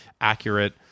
accurate